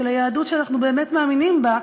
ליהדות שאנחנו באמת מאמינים בה,